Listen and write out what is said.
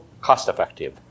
cost-effective